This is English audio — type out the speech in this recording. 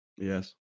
Yes